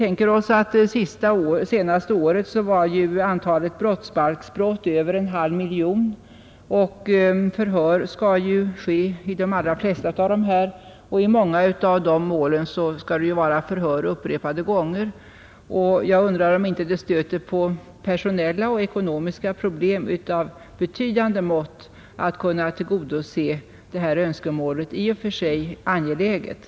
Under det senaste året var antalet brottsbalksbrott över en halv miljon, och förhör skall ju hållas i de allra flesta av dessa mål. I många av målen skall det vara förhör upprepade gånger, och jag undrar om det inte stöter på personella och ekonomiska problem av betydande mått att kunna tillgodose det här i och för sig angelägna önskemålet.